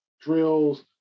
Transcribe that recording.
drills